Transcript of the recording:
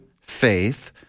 faith